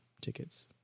tickets